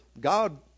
God